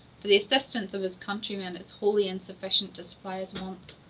for the assistance of his countrymen is wholly insufficient to supply his wants.